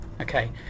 okay